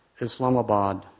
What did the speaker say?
Islamabad